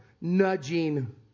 nudging